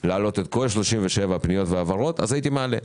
להעלות את כל 37 הפניות וההעברות אז הייתי מעלה אותן.